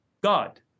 God